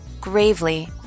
Gravely